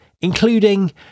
including